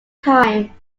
time